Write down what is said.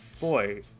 Boy